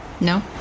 no